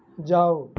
जाओ